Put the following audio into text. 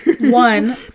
One